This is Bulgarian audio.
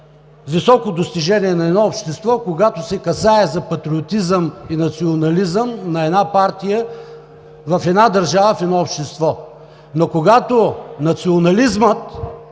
високо достижение на обществото, когато се касае за патриотизъм и национализъм на една партия, в една държава, в едно общество, но когато национализмът